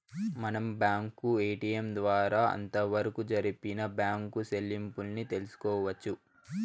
మనం bank ATM ద్వారా అంతవరకు జరిపిన బ్యాంకు సెల్లింపుల్ని తెలుసుకోవచ్చు